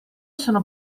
sono